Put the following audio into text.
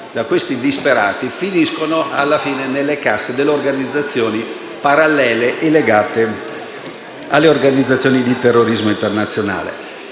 da quei disperati finiscono nelle casse delle organizzazioni parallele e legate alle organizzazioni di terrorismo internazionale.